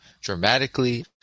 dramatically